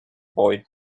boy